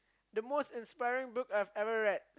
the most inspiring book I've ever read